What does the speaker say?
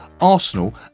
Arsenal